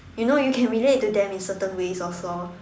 you know you can relate to them in certain ways or floor